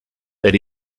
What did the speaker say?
that